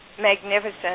magnificent